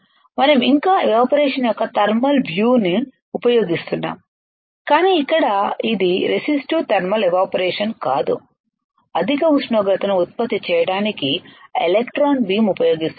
మనం ఇంకా ఎవాపరేషన్ యొక్క థర్మల్ వ్యూ ను ఉపయోగిస్తున్నాము కానీ ఇక్కడ ఇది రెసిస్టివ్ థర్మల్ ఎవాపరేషన్ కాదు అధిక ఉష్ణోగ్రతను ఉత్పత్తి చేయడానికి ఎలక్ట్రాన్ బీమ్ ఉపయోగిస్తున్నాము